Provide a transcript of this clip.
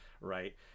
right